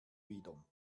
wieder